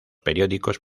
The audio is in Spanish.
periódicos